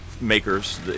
makers